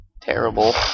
terrible